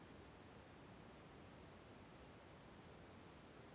ನನ್ನ ಕಾರ್ಡಿನಾಗ ಇರುವ ಎಲ್ಲಾ ರೊಕ್ಕ ತೆಗೆಯಬಹುದು ಏನ್ರಿ?